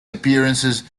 appearances